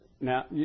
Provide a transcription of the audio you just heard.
now